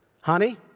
honey